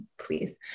Please